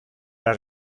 der